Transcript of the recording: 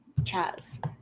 Chaz